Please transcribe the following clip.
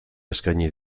eskaini